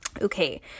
Okay